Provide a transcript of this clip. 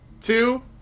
two